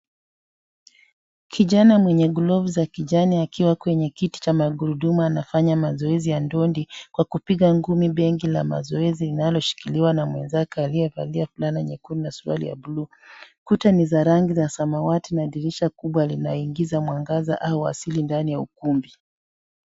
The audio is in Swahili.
Kijana mwenye glavu za kijani akiwa kwenye kiti cha magurudumu anafanya mazoezi ya ndondi, kwa kupiga ngumi begi la mazoezi linaloshikiliwa na mwenzake aliyevalia fulana nyekundu na suruali ya bluu. Kuta ni za rangi za samawati na dirisha kubwa linaingiza mwangaza au asili ndani ya ukumbi.